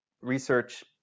research